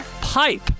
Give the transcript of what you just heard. pipe